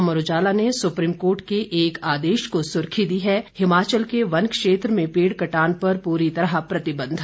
अमर उजाला ने supreme court के एक आदेश को सुर्खी दी है हिमाचल के वन क्षेत्र में पेड़ कटान पर पूरी तरह प्रतिबंध